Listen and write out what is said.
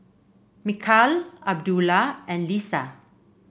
Mikhail Abdullah and Lisa